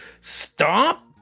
stop